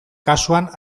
kasuan